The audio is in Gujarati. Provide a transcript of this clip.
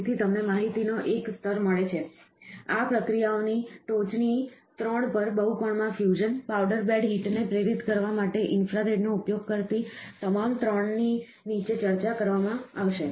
તેથી તમને માહિતીનો એક સ્તર મળે છે આ પ્રક્રિયાઓની ટોચની 3 પર બહુકોણમાં ફ્યુઝન પાવડર બેડ હીટને પ્રેરિત કરવા માટે ઇન્ફ્રારેડનો ઉપયોગ કરતી તમામ 3 ની નીચે ચર્ચા કરવામાં આવશે